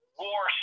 war